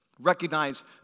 Recognize